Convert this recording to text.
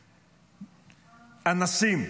אנסים,